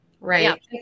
right